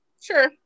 sure